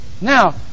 Now